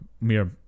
mere